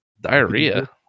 Diarrhea